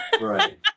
Right